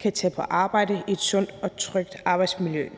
kan tage på arbejde i et sundt og trygt arbejdsmiljø.